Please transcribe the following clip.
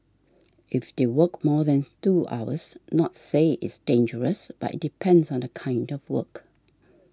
if they work more than two hours not say it's dangerous but it depends on the kind of work